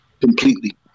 completely